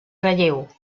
relleu